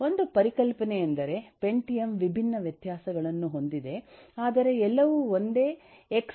ಒಂದು ಪರಿಕಲ್ಪನೆಯೆಂದರೆ ಪೆಂಟಿಯಮ್ ವಿಭಿನ್ನ ವ್ಯತ್ಯಾಸಗಳನ್ನು ಹೊಂದಿದೆ ಆದರೆ ಎಲ್ಲವೂ ಒಂದೇ ಎಕ್ಸ್86 ಆರ್ಕಿಟೆಕ್ಚರ್ ಅನ್ನು ಹಂಚಿಕೊಳ್ಳುತ್ತವೆ